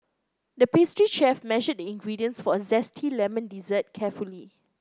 the pastry chef measured the ingredients for a zesty lemon dessert carefully